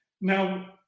now